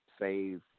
Save